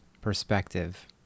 perspective